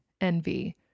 envy